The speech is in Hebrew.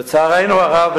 לצערנו הרב,